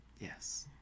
Yes